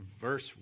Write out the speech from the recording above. verse